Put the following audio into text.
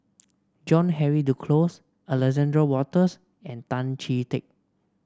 John Henry Duclos Alexander Wolters and Tan Chee Teck